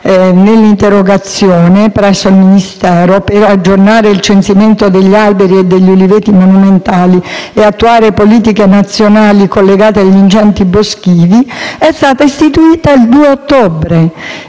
alimentari e forestali per aggiornare il censimento degli alberi e degli uliveti monumentali e attuare politiche nazionali collegate agli incendi boschivi, è stata istituita solo il 2 ottobre.